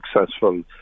successful